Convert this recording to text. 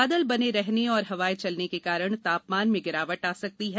बादल बने रहने और हवाएं चलने के कारण तापमान में गिरावट आ सकती है